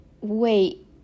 wait